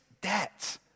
debt